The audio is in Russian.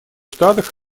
штатах